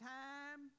time